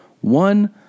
one